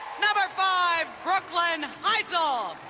no. but five, brooklyn heissel